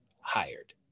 hired